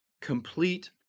complete